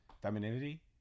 femininity